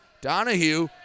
Donahue